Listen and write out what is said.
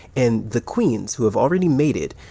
and the queens who have already made it,